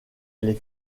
les